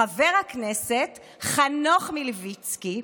חבר הכנסת חנוך מלביצקי,